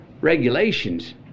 regulations